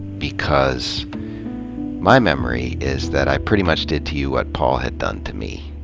because my memory is that i pretty much did to you what paul had done to me.